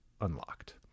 unlocked